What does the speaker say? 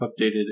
updated